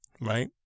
right